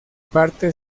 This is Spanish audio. parte